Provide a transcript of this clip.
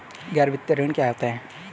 गैर वित्तीय ऋण क्या है?